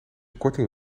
korting